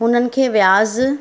हुननि खे व्याजु